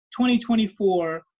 2024